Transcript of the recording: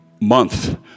month